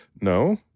no